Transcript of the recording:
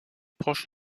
proche